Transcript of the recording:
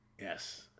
Yes